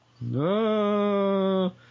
No